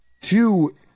Two